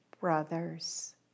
brothers